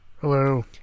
Hello